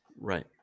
Right